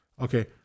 okay